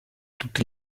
tutti